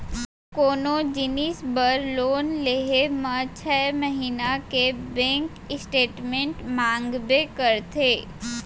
कोनो जिनिस बर लोन लेहे म छै महिना के बेंक स्टेटमेंट मांगबे करथे